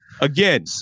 again